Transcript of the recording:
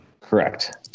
Correct